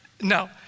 no